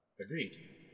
Agreed